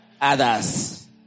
Others